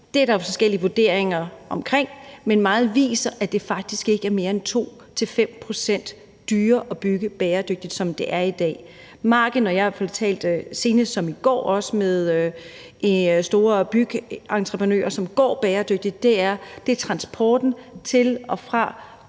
det er der forskellige vurderinger af, men meget viser, at det faktisk ikke er meget mere end 2-5 pct. dyrere at bygge bæredygtigt, som det er i dag. Marginen – og jeg talte så sent som i går også med de store byggeentreprenører, som går den bæredygtige vej – er transporten til og fra